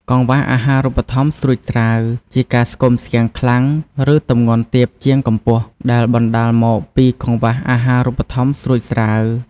កង្វះអាហារូបត្ថម្ភស្រួចស្រាវ ជាការស្គមស្គាំងខ្លាំង ឬទម្ងន់ទាបជាងកម្ពស់ ដែលបណ្តាលមកពីកង្វះអាហារូបត្ថម្ភស្រួចស្រាវ។